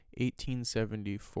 1874